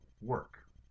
work